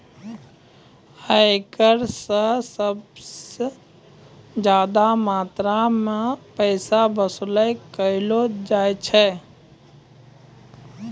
आयकर स सबस ज्यादा मात्रा म पैसा वसूली कयलो जाय छै